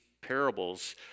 parables